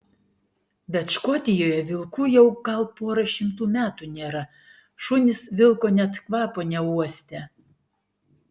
bet škotijoje vilkų jau gal pora šimtų metų nėra šunys vilko net kvapo neuostę